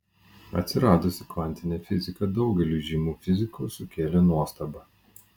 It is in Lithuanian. atsiradusi kvantinė fizika daugeliui žymių fizikų sukėlė nuostabą